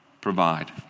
provide